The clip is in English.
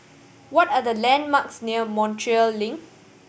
what are the landmarks near Montreal Link